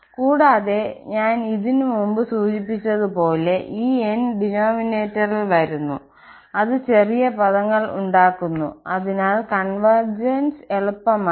കൂടാതെ ഞാൻ ഇതിനു മുൻപ് സൂചിപ്പിച്ചതുപോലെ ഈ n ഡിനോമിനേറ്ററിൽ വരുന്നു അത് ചെറിയ പദങ്ങൾ ഉണ്ടാക്കുന്നു അതിനാൽ കോൺവെർജ്സ് എളുപ്പമാകും